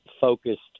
focused